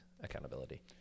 accountability